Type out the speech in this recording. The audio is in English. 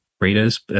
readers